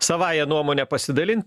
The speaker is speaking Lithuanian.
savąja nuomone pasidalin